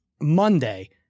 Monday